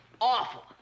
awful